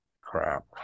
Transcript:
crap